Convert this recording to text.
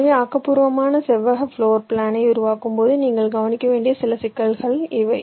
எனவே ஆக்கபூர்வமான செவ்வக பிளோர் பிளானை உருவாக்கும்போது நீங்கள் கவனிக்க வேண்டிய சில சிக்கல்கள் இவை